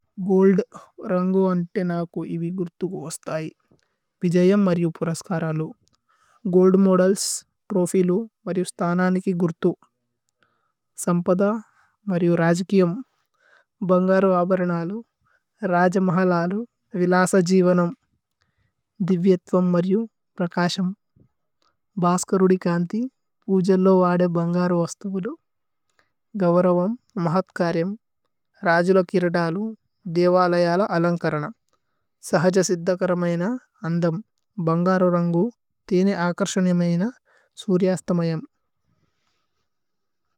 Gold രന്ഗു അന്തേ നാകു ഇവി ഗുര്ഥുഗു വസ്തയി। വിജയമ് മര്യു പുരസ്കരലു ഗോല്ദ് മോദേല്സ്। പ്രോഫിലു മര്യു സ്തനനികി ഗുര്ഥു സമ്പദ മര്യു। രജികിയമ് ഭന്ഗരു അബരനലു രജമഹലലു। വിലസ ജീവനമ് ദിവ്യത്വമ് മര്യു പ്രകശമ്। ഭ്ഹസ്കരുദികന്തി പൂജലോ വാദേ ഭന്ഗരു। വസ്തുഗുലു ഗവരവമ് മഹത്കര്യമ് രജുല। കിരദലു ദേവലയല അലന്കരന സഹജ। സിദ്ധകരമേന അന്ദമ് ഭന്ഗരു രന്ഗു തേനേ। അകര്സന്യമേന സുര്യസ്തമയമ്।